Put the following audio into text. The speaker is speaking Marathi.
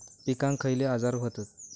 पिकांक खयले आजार व्हतत?